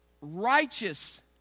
Righteous